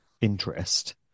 interest